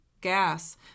gas